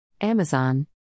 Amazon